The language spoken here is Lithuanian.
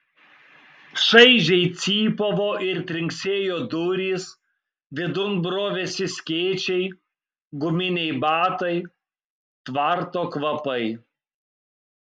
šaižiai cypavo ir trinksėjo durys vidun brovėsi skėčiai guminiai batai tvarto kvapai